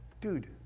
dude